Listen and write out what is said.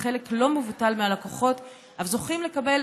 וחלק לא מבוטל מהלקוחות אף זוכים לקבל